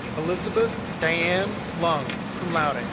elizabeth diane lung, cum laude.